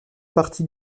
partie